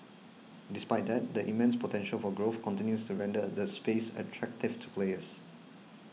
despite that the immense potential for growth continues to render the space attractive to players